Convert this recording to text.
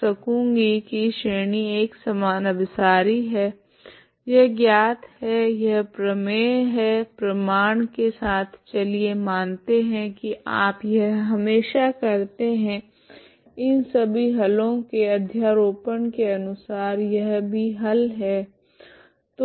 सकूँगी की श्रेणी एक समान अभिसारी है यह ज्ञात है यह प्रमेय है प्रमाण के साथ चलिए मानते है की आप यह हमेशा करते है इन सभी हलों के अध्यारोपण के अनुसार यह भी हल है